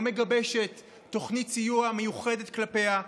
לא מגבשת תוכנית סיוע מיוחדת כלפיה.